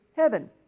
Heaven